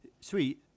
Sweet